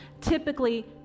Typically